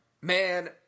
Man